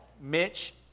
Mitch